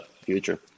future